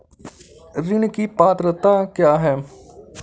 ऋण की पात्रता क्या है?